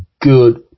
good